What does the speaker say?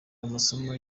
amasomo